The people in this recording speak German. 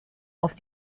auf